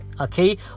okay